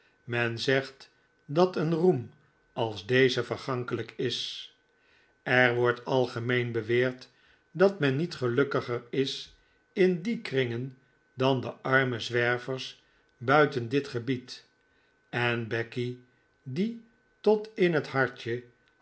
men zegt dat een roem als deze vergankelijk is er wordt algemeen beweerd dat men niet gelukkiger is in die kringen dan de arme zwervers buiten dit gebied en becky die tot in het hartje